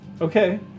Okay